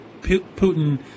Putin